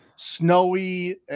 snowy